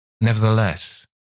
Nevertheless—